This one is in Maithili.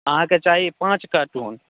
अहाँके चाही पाँच कार्टून